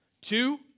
Two